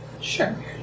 Sure